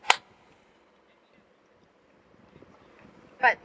part